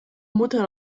mutter